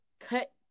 cut